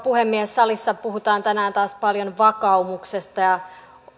puhemies salissa puhutaan tänään taas paljon vakaumuksesta ja